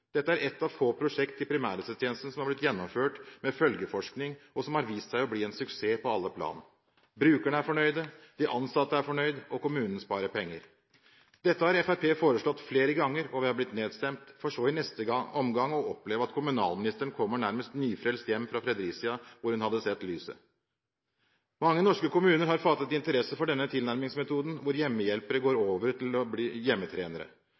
Dette er et av få prosjekt i primærhelsetjenesten som har blitt gjennomført med følgeforskning, og som har vist seg å bli en suksess på alle plan. Brukerne er fornøyd. De ansatte er fornøyd. Og kommunen sparer penger. Dette har Fremskrittspartiet foreslått flere ganger, og vi har blitt nedstemt, for så i neste omgang å oppleve at kommunalministeren kommer nærmest nyfrelst hjem fra Fredericia, hvor hun hadde sett lyset. Mange norske kommuner har fattet interesse for denne tilnærmingsmetoden, hvor hjemmehjelpere går over til å bli hjemmetrenere.